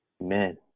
Amen